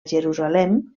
jerusalem